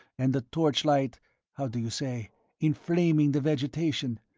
and the torchlight how do you say enflaming the vegetation,